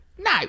No